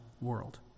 world